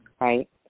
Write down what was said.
Right